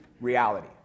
reality